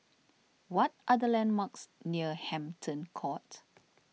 what are the landmarks near Hampton Court